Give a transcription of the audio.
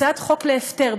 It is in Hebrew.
הצעת חוק להפטר,